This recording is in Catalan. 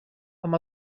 amb